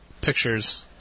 pictures